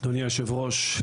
אדוני היושב-ראש,